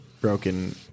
Broken